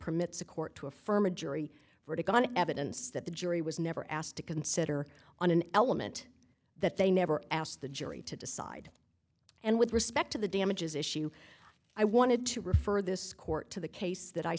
permits a court to affirm a jury verdict on evidence that the jury was never asked to consider on an element that they never asked the jury to decide and with respect to the damages issue i wanted to refer this court to the case that i